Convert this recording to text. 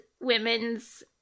women's